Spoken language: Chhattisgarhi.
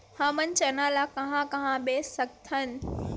हमन चना ल कहां कहा बेच सकथन?